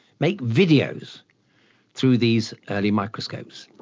make videos through these early microscopes.